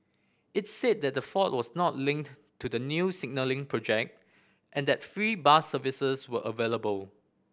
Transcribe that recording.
it's said that the fault was not linked to the new signalling project and that free bus services were available